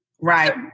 Right